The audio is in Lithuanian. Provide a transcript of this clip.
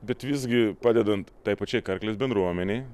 bet visgi padedant tai pačiai karklės bendruomenei